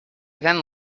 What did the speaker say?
then